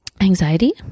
Anxiety